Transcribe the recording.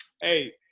Hey